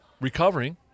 recovering